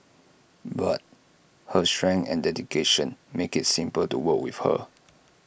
but her strength and dedication makes IT simple to work with her